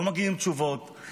לא מגיעות תשובות,